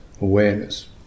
awareness